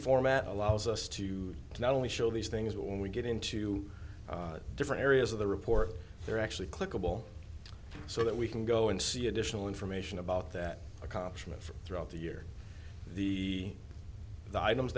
format allows us to not only show these things but when we get into different areas of the report they're actually clickable so that we can go and see additional information about that accomplishment throughout the year the items